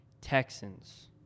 Texans